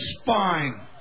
spine